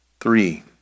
Three